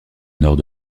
nord